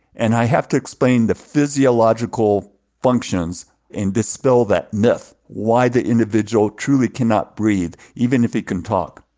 and i have to explain the physiological functions and dispel that myth, why the individual truly cannot breathe even if he can talk.